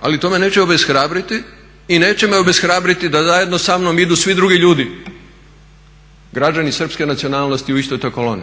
Ali to me neće obeshrabriti i neće me obeshrabriti da zajedno samnom idu svi drugi ljudi, građani srpske nacionalnosti u istoj toj koloni.